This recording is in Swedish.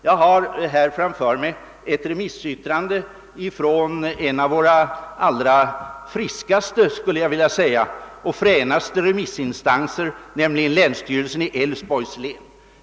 Jag har framför mig ett remnrissyttrande från en av våra allra friskaste och fränaste remissinstanser, nämligen länsstyrelsen i Älvsborgs län.